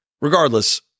Regardless